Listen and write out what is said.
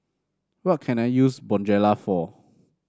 what can I use Bonjela for